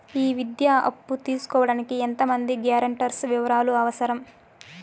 ఈ విద్యా అప్పు తీసుకోడానికి ఎంత మంది గ్యారంటర్స్ వివరాలు అవసరం?